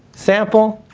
sample.